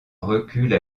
recule